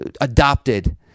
adopted